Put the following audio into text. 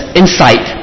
insight